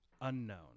unknown